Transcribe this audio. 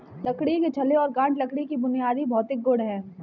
लकड़ी के छल्ले और गांठ लकड़ी के बुनियादी भौतिक गुण हैं